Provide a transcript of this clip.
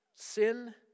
Sin